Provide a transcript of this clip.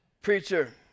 preacher